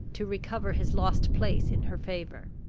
to recover his lost place in her favor.